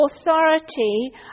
authority